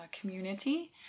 community